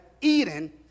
Eden